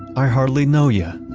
i hardly know yah'.